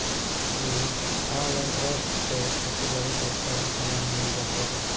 इ online app पे खेती बारी के सब सामान मिल जात बाटे